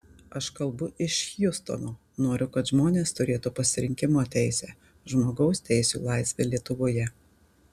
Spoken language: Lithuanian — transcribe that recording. aš kalbu iš hjustono noriu kad žmonės turėtų pasirinkimo teisę žmogaus teisių laisvę lietuvoje